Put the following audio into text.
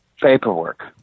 Paperwork